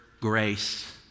grace